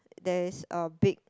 there is a big